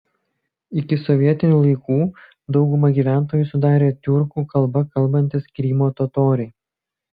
iki sovietinių laikų daugumą gyventojų sudarė tiurkų kalba kalbantys krymo totoriai